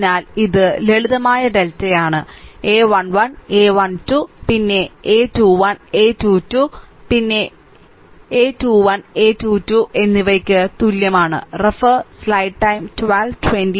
അതിനാൽ ഇത് ലളിതമായ ഡെൽറ്റയാണ് a 1 1 a 1 2 a 1 2 പിന്നെ a 21 a 2 2 a 2 2 പിന്നെ a 2 1 a 2 2 a 2 2